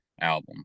album